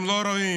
הם לא רואים.